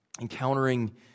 encountering